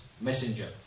messenger